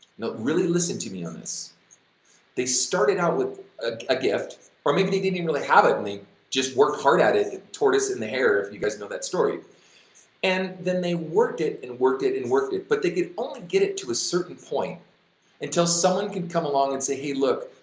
no, really listen to me on they started out with a gift or maybe they didn't really have it and they just work hard at it, tortoise and the hare, if you guys know that story and then they worked it and worked it and worked it, but they could only get it to a certain point until someone could come along and say hey, look,